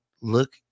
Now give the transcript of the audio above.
look